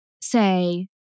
say